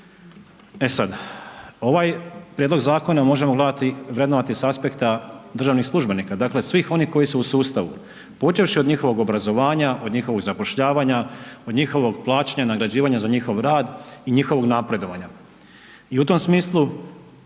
E sad, ovaj prijedlog zakona možemo gledati, vrednovati s aspekta državnih službenika, dakle svim onih koji su u sustavu. Počevši od njihovog obrazovanja, od njihovog zapošljavanja, od njihovog plaćanja, nagrađivanja za njihov rad i njihovog napredovanja. I u tom smislu